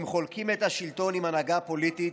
הם חולקים את השלטון עם ההנהגה הפוליטית,